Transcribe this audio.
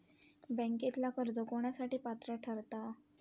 बँकेतला कर्ज कोणासाठी पात्र ठरता?